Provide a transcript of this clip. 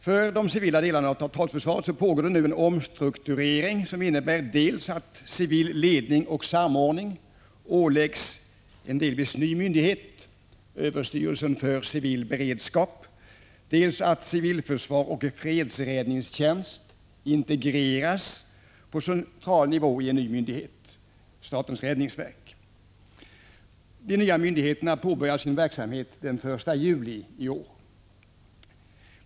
För de civila delarna av totalförsvaret pågår nu en omstrukturering som innebär dels att civil ledning och samordning åläggs en delvis ny myndighet, överstyrelsen för civil beredskap, dels att civilförsvar och fredsräddningstjänst integreras på central nivå till en ny myndighet, statens räddningsverk. De nya myndigheterna påbörjar sin verksamhet den 1 juli i år.